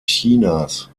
chinas